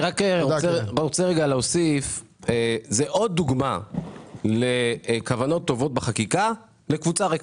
זאת עוד דוגמה לכוונות טובות בחקיקה לקבוצה ריקה.